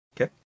Okay